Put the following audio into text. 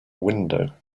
window